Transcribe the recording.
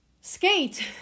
skate